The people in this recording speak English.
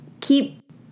keep